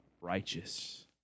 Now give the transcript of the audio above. righteous